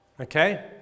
Okay